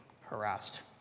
harassed